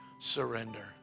surrender